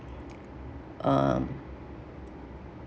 um